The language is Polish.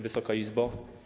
Wysoka Izbo!